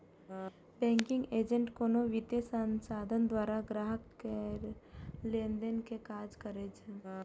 banking agent कोनो वित्तीय संस्थान द्वारा ग्राहक केर लेनदेन के काज करै छै